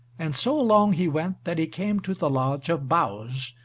and so long he went that he came to the lodge of boughs,